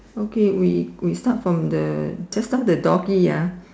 okay we we start from the just now the doggie ah